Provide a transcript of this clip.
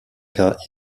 cas